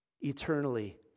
eternally